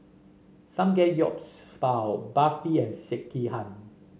Samgeyopsal Barfi and Sekihan